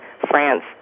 France